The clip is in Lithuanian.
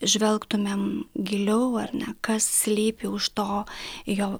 žvelgtumėm giliau ar ne kas slypi už to jo